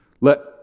let